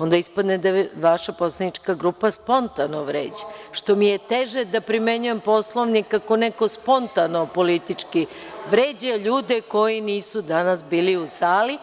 Onda ispadne da vaša poslanička grupa spontano vređa, što mi je teže da primenjujem Poslovnik ako neko spontano politički vređa ljude koji nisu danas bili u sali,